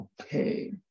Okay